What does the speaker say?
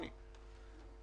אדוני החשב הכללי.